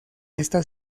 esta